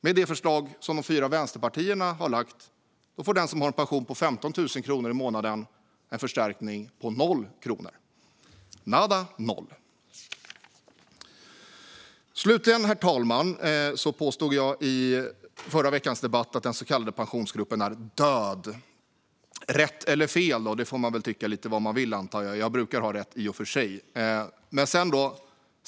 Med det förslag som de fyra vänsterpartierna har lagt fram får den som har en pension på 15 000 kronor i månaden en förstärkning på noll kronor - nada och noll. Slutligen, herr talman, påstod jag i förra veckans debatt att den så kallade Pensionsgruppen är död. Rätt eller fel - det får man tycka vad man vill om. Jag brukar ha rätt, i och för sig.